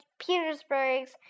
Petersburg's